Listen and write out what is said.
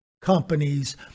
companies